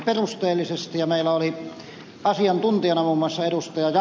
meillä oli asiantuntijana muun muassa ed